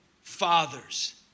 fathers